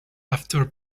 after